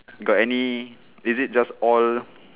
got any is it just all